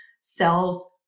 cells